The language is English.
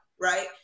right